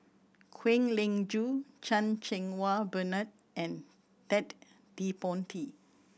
Kwek Leng Joo Chan Cheng Wah Bernard and Ted De Ponti